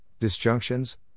disjunctions